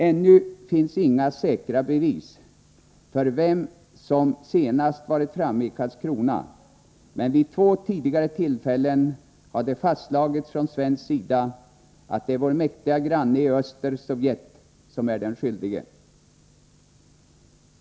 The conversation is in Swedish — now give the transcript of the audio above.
Ännu finns inga säkra bevis för vem som nu senast varit framme i Karlskrona, men vid två tidigare tillfällen har det fastslagits från svensk sida att det är vår mäktige granne i öster, Sovjet, som är den skyldige.